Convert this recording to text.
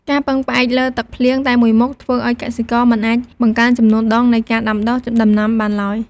ការពឹងផ្អែកលើទឹកភ្លៀងតែមួយមុខ ធ្វើឱ្យកសិករមិនអាចបង្កើនចំនួនដងនៃការដាំដុះដំណាំបានឡើយ។